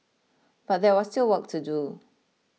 but there was still work to do